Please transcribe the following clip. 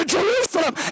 Jerusalem